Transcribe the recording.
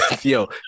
Yo